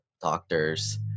doctors